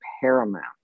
paramount